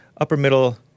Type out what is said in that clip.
upper-middle